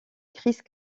crise